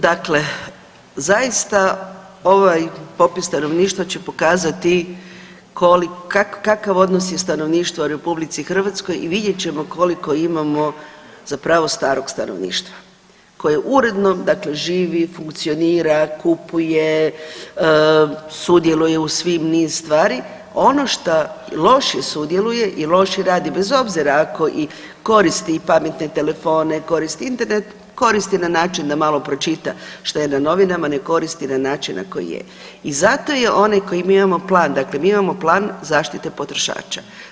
Dakle, zaista ovaj popis stanovništva će pokazati kakav odnos je stanovništva RH i vidjet ćemo koliko imamo zapravo starog stanovništva koje uredno dakle živi, funkcionira, kupuje, sudjeluje u svim niz stvar, ono što loše sudjeluje i loše radi bez obzira ako i koristi i pametne telefone, koristi Internet, koristi na način da malo pročita šta je na novinama, ne koristi na način na koji je i zato je onaj koji mi imamo plan, dakle mi imamo plan zaštite potrošača.